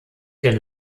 den